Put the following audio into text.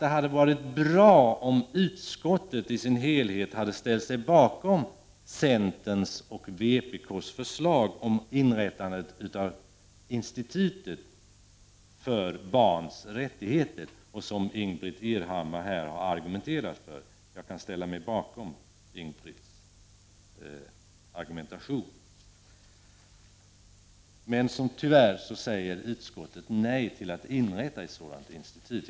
Det hade varit bra om utskottet i sin helhet hade ställt sig bakom centerns och vpk:s förslag om inrättande av ett institut för barnens rättigheter, som Ingbritt Irhammar här har argumenterat för. Jag kan ställa mig bakom Ingbritt Irhammars argumentation. Tyvärr säger utskottet nej till att inrätta ett sådant institut.